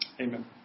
Amen